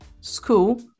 school